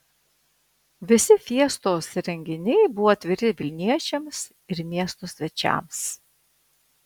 visi fiestos renginiai buvo atviri vilniečiams ir miesto svečiams